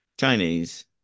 Chinese